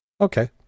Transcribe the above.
Okay